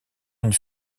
une